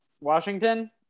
Washington